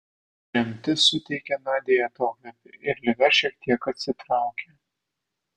tremtis suteikė nadiai atokvėpį ir liga šiek tiek atsitraukė